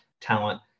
talent